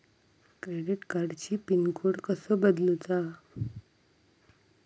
Credit कार्डची pin code कसो बदलुचा?